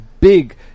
big